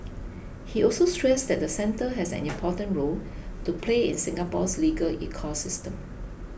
he also stressed that the centre has an important role to play in Singapore's legal ecosystem